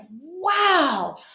wow